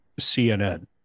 CNN